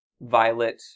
violet